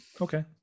Okay